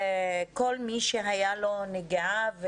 כל מי שהייתה לו נגיעה,